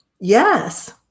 yes